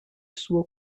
sua